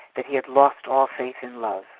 that he had lost all faith in love.